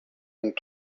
and